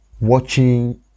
watching